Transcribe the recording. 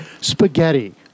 spaghetti